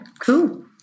Cool